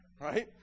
right